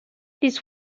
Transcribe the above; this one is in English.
this